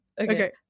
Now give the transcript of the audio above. Okay